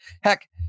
heck